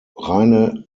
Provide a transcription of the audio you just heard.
reine